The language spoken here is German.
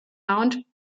mount